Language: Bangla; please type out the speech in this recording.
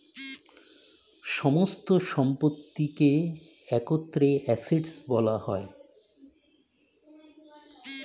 সমস্ত সম্পত্তিকে একত্রে অ্যাসেট্ বলা হয়